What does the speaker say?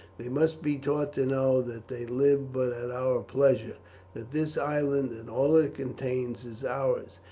they must be taught to know that they live but at our pleasure that this island and all it contains is ours.